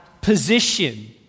position